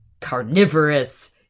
carnivorous